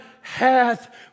hath